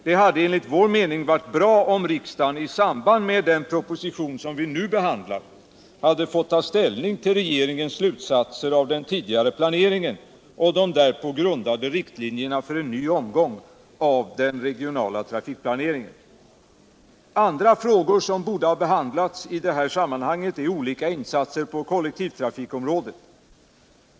Det hade enligt vår mening varit bra om riksdagen i samband med den proposition som vi nu behandlar hade fått ta ställning till regeringens slutsatser av den tidigare planeringen och de därpå grundade riktlinjerna för en ny omgång av den regionala trafikplaneringen. Andra frågor som borde ha behandlats i det här sammanhanget är olika insatser på kollektivtrafikområdet.